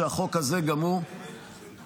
שהחוק הזה גם הוא --- זה קורה